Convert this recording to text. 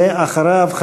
ואחריו,